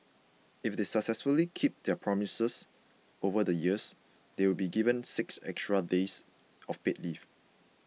if they successfully keep their promises over the years they'll be given six extra days of paid leave